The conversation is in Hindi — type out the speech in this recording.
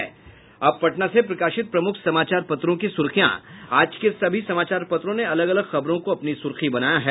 अब पटना से प्रकाशित प्रमुख समाचार पत्रों की सुर्खियां आज के सभी समाचार पत्रों ने अलग अलग खबरों को अपनी सुर्खी बनाया है